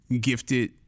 gifted